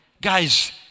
guys